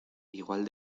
igual